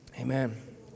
Amen